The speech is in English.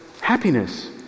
happiness